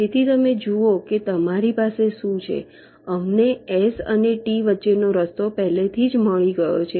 તેથી તમે જુઓ કે તમારી પાસે શું છે અમને S અને T વચ્ચેનો રસ્તો પહેલેથી જ મળી ગયો છે